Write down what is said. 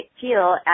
feel